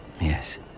yes